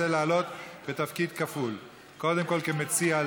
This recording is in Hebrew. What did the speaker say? רוצה לעלות בתפקיד כפול: קודם כול כמציע,